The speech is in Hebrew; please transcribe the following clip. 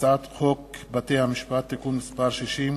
הצעת חוק בתי-המשפט (תיקון מס' 60),